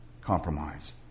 Compromise